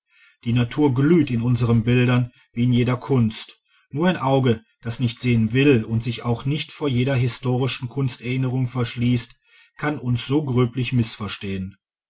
die natur glüht in unsern bildern wie in jeder kunst nur ein auge das nicht sehen will und sich auch vor jeder historischen kunsterinnerung verschließt kann uns so gröblich mißverstehen